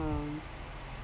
um